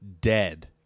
dead